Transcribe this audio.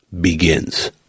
Begins